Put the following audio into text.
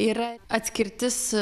yra atskirtis